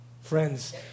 Friends